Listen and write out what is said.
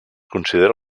considera